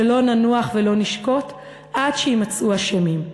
שלא ננוח ולא נשקוט עד שיימצאו האשמים.